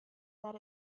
that